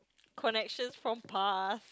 connections from past